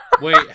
Wait